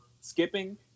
skipping